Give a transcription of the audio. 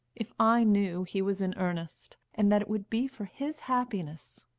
if i knew he was in earnest, and that it would be for his happiness